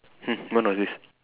hmm when was this